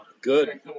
Good